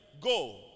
Go